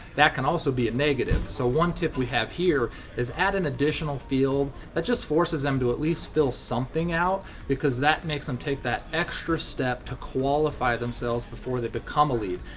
that can also be a negative. so one tip we have here is add an addition field that just forces them to at least fill something out because that makes them take that extra step to qualify themselves before they become a lead.